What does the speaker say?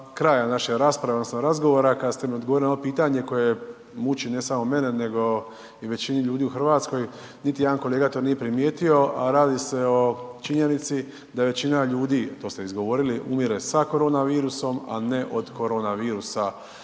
kraja naše rasprave odnosno razgovora kad ste mi odgovorili na ono pitanje koje muči ne samo mene nego i većinu ljudi u RH, niti jedan kolega to nije primijetio, a radi se o činjenici da je većina ljudi, a to ste izgovorili, umire sa koronavirusom, a ne od koronavirusa